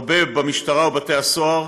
הרבה במשטרה ובבתי הסוהר,